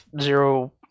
zero